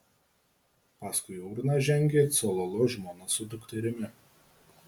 paskui urną žengė cololo žmona su dukterimi